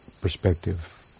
perspective